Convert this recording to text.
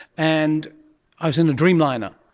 and i was in a dreamliner,